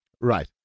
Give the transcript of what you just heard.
right